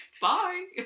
Bye